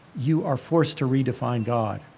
you are forced to redefine god.